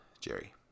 Jerry